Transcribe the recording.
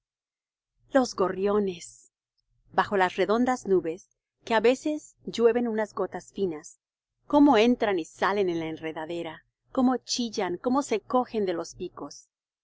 los gorriones bajo las redondas nubes que á veces llueven unas gotas finas cómo entran y salen en la enredadera cómo chillan cómo se cogen de los picos